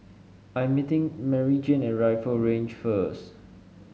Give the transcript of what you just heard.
I'm meeting Maryjane at Rifle Range first